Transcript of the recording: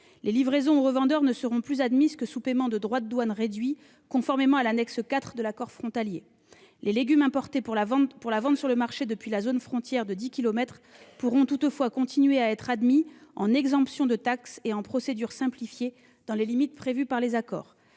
Les livraisons aux revendeurs ne seront plus admises que sous paiement de droits de douane réduits, conformément à l'annexe 4 de l'accord frontalier. Les légumes importés pour la vente sur le marché depuis la zone frontière de dix kilomètres pourront toutefois continuer à être admis en exemption de taxe et en procédure simplifiée, dans les limites prévues par les accords.